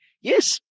yes